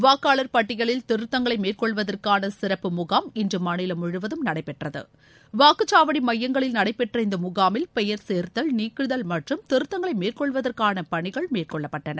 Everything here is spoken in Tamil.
வாக்காளர் பட்டியலில் திருத்தங்களை மேற்கொள்வதற்கான சிறப்பு முகாம் இன்று மாநிலம் முழுவதும் நடைபெற்றது வாக்குச் சாவடி எமயங்களில் நடைபெற்ற இந்த முகாமில் பெயர் சேர்த்தல் நீக்குதல் மற்றும் திருத்தங்களை மேற்கொள்வதற்கான பணிகள் மேற்கொள்ளப்பட்டன